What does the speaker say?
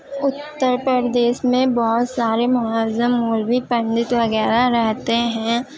اتر پردیس میں بہت سارے معظم مولوی پنڈت وغیرہ رہتے ہیں